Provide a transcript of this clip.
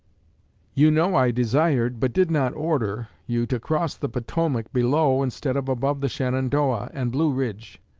you know i desired, but did not order, you to cross the potomac below instead of above the shenandoah and blue ridge.